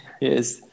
Yes